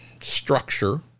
structure